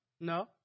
No